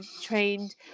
trained